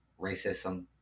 racism